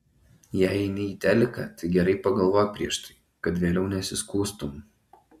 jei eini į teliką tai gerai pagalvok prieš tai kad vėliau nesiskųstum